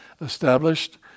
established